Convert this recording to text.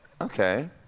okay